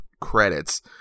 credits